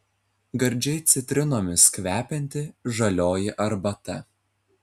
gardžiai citrinomis kvepianti žalioji arbata